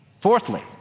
Fourthly